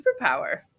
superpower